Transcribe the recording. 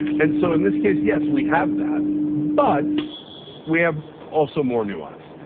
and so in this case, yes, we have that but we have also more nuance.